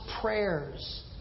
prayers